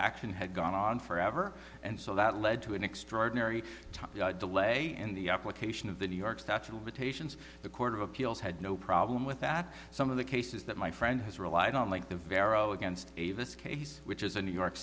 action had gone on forever and so that led to an extraordinary time delay in the application of the new york statute of limitations the court of appeals had no problem with that some of the cases that my friend has relied on like the vero against avis case which is a new york